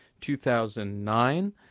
2009